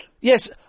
Yes